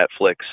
Netflix